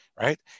right